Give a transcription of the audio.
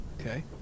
Okay